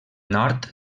nord